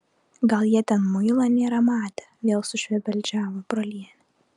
gal jie ten muilo nėra matę vėl sušvebeldžiavo brolienė